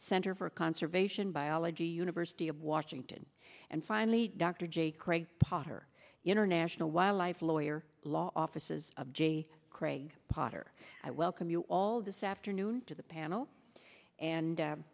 center for conservation biology university of washington and finally dr j craig potter international wildlife lawyer law offices of j craig potter i welcome you all this afternoon to the panel and